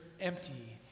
empty